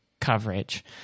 coverage